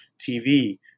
TV